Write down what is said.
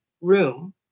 room